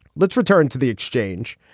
let's return to the exchange.